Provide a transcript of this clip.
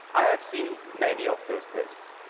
i have seen many of those tests.